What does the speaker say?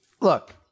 Look